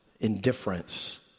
indifference